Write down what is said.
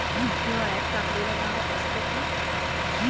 हिवाळ्यात काकडीला भाव असतो का?